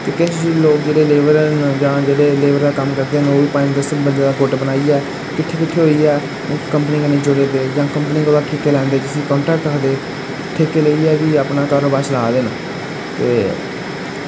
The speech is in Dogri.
ते किश लोक जेह्ड़े लेबरर न जां जेह्ड़े लेबर दा कम्म करदे न ओह् बी पंज दस बंदे दा गुट्ट बनाइयै किट्ठे किट्ठे होइयै कम्पनी कन्नै जुड़े दे जां कम्पनी कोला ठेके लैंदे जिसी कान्ट्रैक्ट आखदे ते ठेके लेइयै फ्ही अपना कारोबार चलै दे न ते